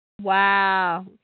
Wow